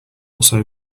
also